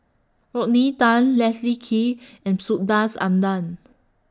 Rodney Tan Leslie Kee and Subhas Anandan